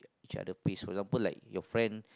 each other pace for example like your friend